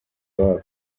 iwabo